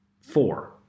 Four